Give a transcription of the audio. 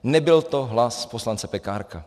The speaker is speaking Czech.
Nebyl to hlas poslance Pekárka.